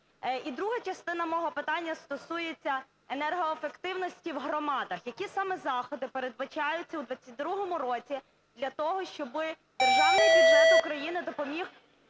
І друга частина мого питання стосується енергоефективності в громадах. Які саме заходи передбачаються в 22-му році для того, щоб державний бюджет України допоміг